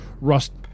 Rust